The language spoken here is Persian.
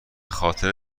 خاطر